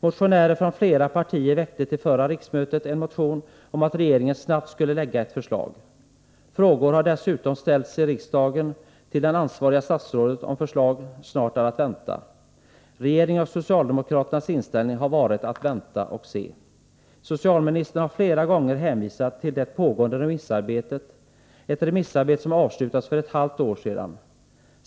Motionärer från flera partier väckte till förra riksmötet en motion om att regeringen snabbt skulle lägga fram ett förslag. Frågor har dessutom ställts i riksdagen till det ansvariga statsrådet om huruvida förslag snart är att vänta. Regeringens och socialdemokraternas inställning har varit att vänta och se. Socialministern har flera gånger hänvisat till det pågående remissarbetet, ett remissarbete som avslutades för ett halvt år sedan.